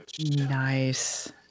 Nice